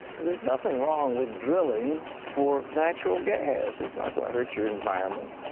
theres nothing wrong with drilling for natural gas. its not going to hurt your environment.